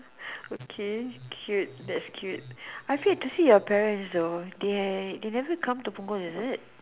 okay cute thats cute I have yet to see your parents though they they never come to Punggol is it